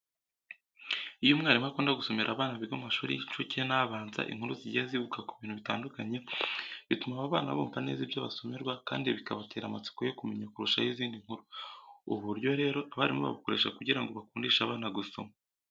Iyo umwarimu akunda gusomera abana biga mu mashuri y'incuke n'abanze inkuru zigiye zivuga ku bintu bitandukanye, bituma aba bana bumva neza ibyo basomerwa kandi bikabatera amatsiko yo kumenya kurushaho izindi nkuru. Ubu buryo rero abarimu babukoresha kugira ngo bakundishe abana gusoma.